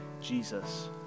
Jesus